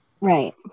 Right